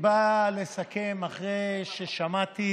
גם בצ'רקסים.